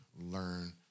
learn